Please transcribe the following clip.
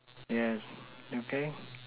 yes okay